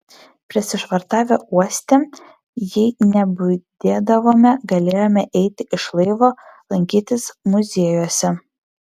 prisišvartavę uoste jei nebudėdavome galėjome eiti iš laivo lankytis muziejuose